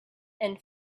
and